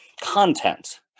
content